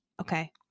Okay